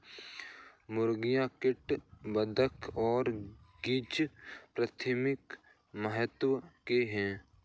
मुर्गियां, टर्की, बत्तख और गीज़ प्राथमिक महत्व के हैं